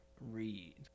read